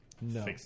No